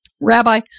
Rabbi